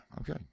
Okay